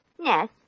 Yes